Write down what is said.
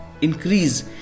increase